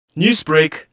Newsbreak